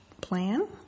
plan